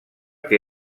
que